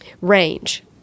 range